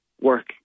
work